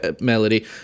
melody